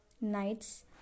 nights